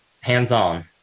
hands-on